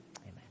Amen